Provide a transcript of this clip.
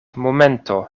momento